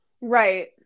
Right